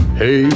hey